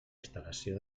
instal·lació